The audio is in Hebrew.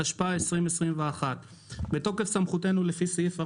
התשפ"ב-2021 "בתוקף סמכותנו לפי סעיף 44(ב)(1),